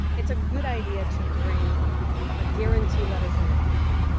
it's a good idea to bring a guarantee letter from your company.